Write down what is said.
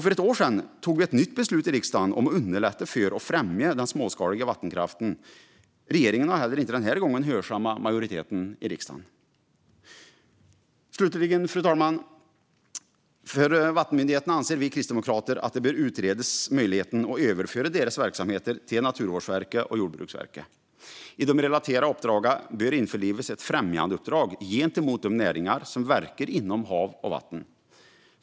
För ett år sedan tog vi ett nytt beslut i riksdagen om att underlätta för och främja den småskaliga vattenkraften. Regeringen har inte heller den här gången hörsammat majoriteten i riksdagen. Fru talman! När det gäller vattenmyndigheterna anser vi kristdemokrater att möjligheten att överföra deras verksamheter till Naturvårdsverket och Jordbruksverket bör utredas. I de relaterade uppdragen bör införlivas ett främjandeuppdrag gentemot de näringar som verkar inom hav och vatten.